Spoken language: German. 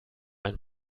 ein